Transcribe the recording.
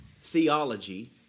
theology